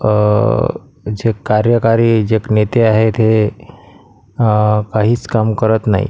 जे कार्यकारी जे नेते आहेत ते काहीच काम करत नाही